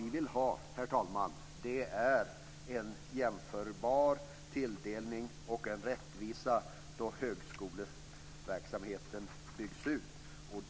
Vi vill ha en jämförbar och rättvis tilldelning när högskoleverksamheten byggs ut.